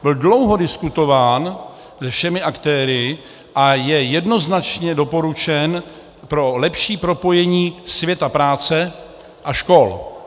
Byl dlouho diskutován se všemi aktéry a je jednoznačně doporučen pro lepší propojení světa práce a škol.